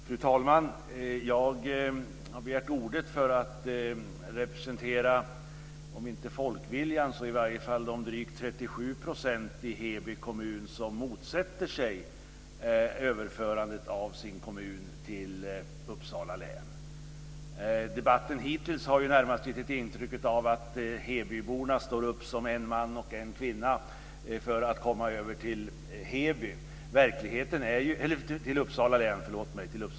Fru talman! Jag har begärt ordet för att representera, om inte folkviljan så i varje fall de drygt 37 % i Debatten hittills har ju närmast gett intryck av att Hebyborna står upp som en man och en kvinna för att komma över till Uppsala län.